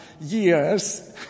years